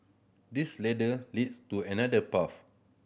this ladder leads to another path